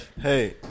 Hey